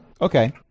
Okay